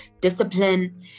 discipline